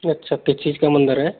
जी अच्छा किस चीज का मंदिर है